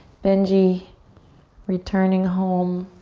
benji returning home.